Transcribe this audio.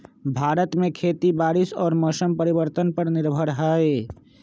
भारत में खेती बारिश और मौसम परिवर्तन पर निर्भर हई